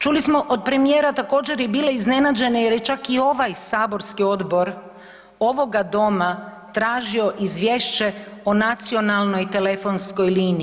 Čuli smo od premijera također, i bile iznenađene jer je čak i ovaj saborski odbor, ovoga Doma tražio izvješće o nacionalnoj telefonskoj liniji.